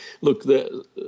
Look